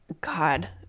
God